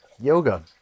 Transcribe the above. Yoga